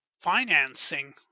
financing